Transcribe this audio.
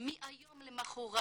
מהיום למחרת,